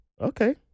Okay